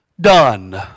done